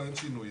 אין שינוי,